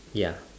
ya